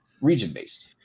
region-based